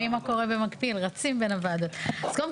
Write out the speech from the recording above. אמא, לסופר הולכים עם שקיות מהבית,